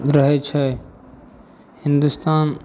रहै छै हिन्दुस्तान